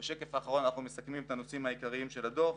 בשקף האחרון אנחנו מסכמים את הנושאים העיקריים של הדוח: